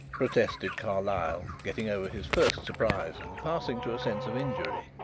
protested carlyle, getting over his first surprise and passing to a sense of injury.